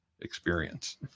experience